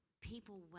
people